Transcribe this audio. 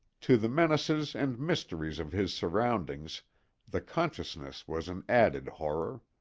to the menaces and mysteries of his surroundings the consciousness was an added horror.